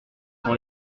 sans